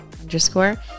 underscore